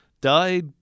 Died